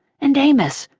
and amos.